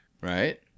right